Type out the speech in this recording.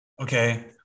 okay